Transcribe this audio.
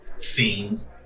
fiends